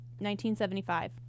1975